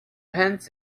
pants